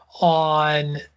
on